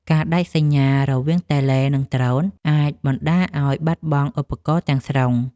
ការដាច់សញ្ញារវាងតេឡេ និងដ្រូន អាចបណ្ដាលឱ្យបាត់បង់ឧបករណ៍ទាំងស្រុង។